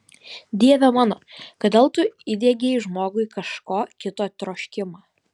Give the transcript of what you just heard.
dieve mano kodėl tu įdiegei žmogui kažko kito troškimą